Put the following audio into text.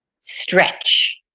stretch